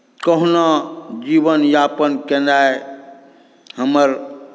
कहुना जीवनयापन केनाइ हमर